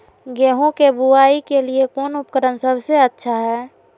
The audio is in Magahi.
गेहूं के बुआई के लिए कौन उपकरण सबसे अच्छा है?